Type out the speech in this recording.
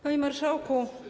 Panie Marszałku!